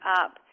up